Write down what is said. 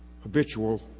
habitual